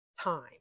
time